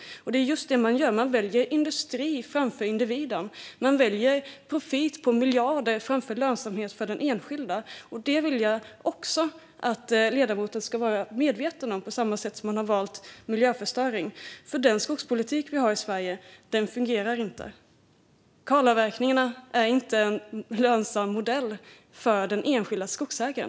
Man väljer industrin framför individen. Man väljer profit i miljarder framför lönsamhet för den enskilda, på samma sätt som man har valt miljöförstöring. Jag vill att ledamoten ska vara medveten om detta. Den skogspolitik som bedrivs i Sverige fungerar inte. Kalavverkningarna är inte en lönsam modell för den enskilda skogsägaren.